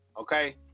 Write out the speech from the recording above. Okay